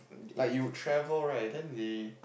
like you travel right then they